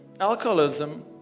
alcoholism